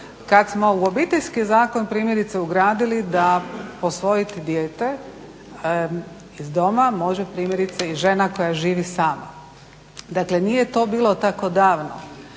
kada smo u obiteljski zakon primjerice ugradili da posvojiti dijete može primjerice i žena koja živi sama. Dakle nije to bilo tako davno.